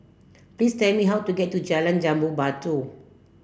please tell me how to get to Jalan Jambu Batu